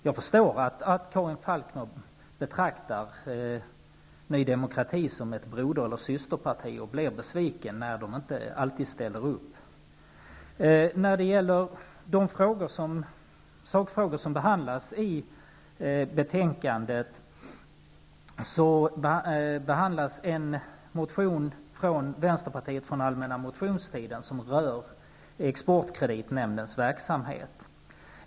Jag förstår att Karin Falkmer betraktar Ny demokrati som ett broder eller systerparti och blir besviken när det inte alltid ställer upp. Bland de sakfrågor som behandlas i detta betänkande finns en motion från Vänsterpartiet från den allmänna motionstiden som rör exportkreditnämndens verksamhet.